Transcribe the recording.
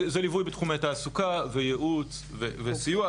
זה ליווי בתחומי תעסוקה וייעוץ וסיוע.